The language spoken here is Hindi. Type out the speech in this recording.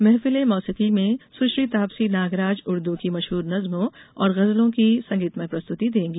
महफिल ए मौसिकी में सुश्री तापसी नागराज उर्द की मशहर नज्मों और गजलों की संगीतमय प्रस्तुति देंगी